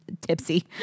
tipsy